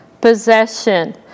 possession